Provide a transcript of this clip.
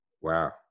Wow